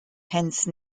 hence